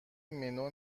منو